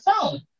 phone